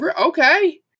okay